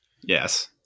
yes